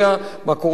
לאן אתה הולך,